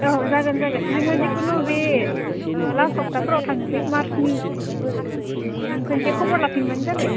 औ जागोन जागोन जोङो जिकुनु बे लास्ट सप्ताफोराव थांसै मार्चनि नों खनसे खबर लाफिनबानो जाबाय